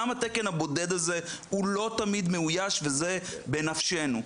גם התקן הבודד הזה לא תמיד מאויש, וזה בנפשנו.